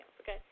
okay